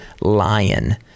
lion